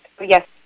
yes